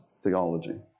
theology